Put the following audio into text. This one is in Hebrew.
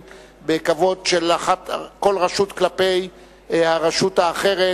בכבוד של כל רשות כלפי הרשות האחרת,